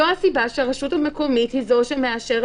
זו הסיבה שהרשות המקומית היא זו שמאשרת